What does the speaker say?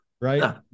right